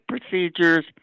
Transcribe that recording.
procedures